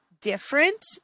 different